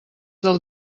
del